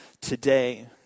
today